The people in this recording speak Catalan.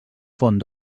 font